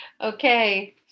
Okay